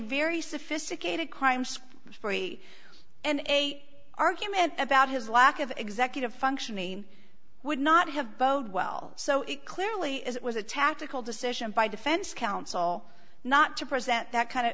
very sophisticated crime spree and a argument about his lack of executive functioning would not have bode well so it clearly is it was a tactical decision by defense counsel not to present that kind of